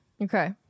Okay